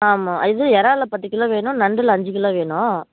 ஆமாம் இது இறால்ல பத்து கிலோ வேணும் நண்டில் அஞ்சு கிலோ வேணும்